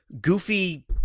goofy